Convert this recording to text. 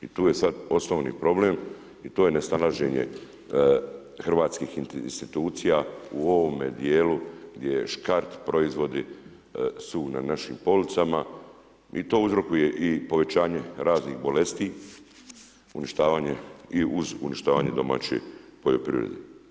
I tu je sad osnovni problem i to je nesnalaženje hrvatskih institucija u ovome dijelu gdje škart proizvodi su na našim policama i to uzrokuje i povećanje raznih bolesti, uništavanje i uz uništavanje domaće poljoprivrede.